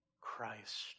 Christ